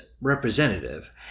Representative